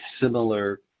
similar